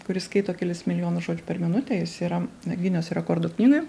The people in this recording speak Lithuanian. kuris skaito kelis milijonus žodžių per minutę jis yra gineso rekordų knygoj